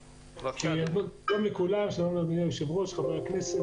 שלום לכולם, אני תומר מוסקוביץ'